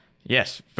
Yes